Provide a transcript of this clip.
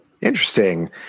Interesting